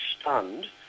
stunned